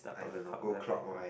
I don't know go clockwise